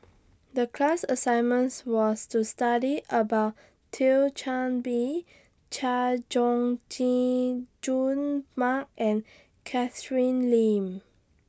The class assignments was to study about Thio Chan Bee Chay Jung Jun Mark and Catherine Lim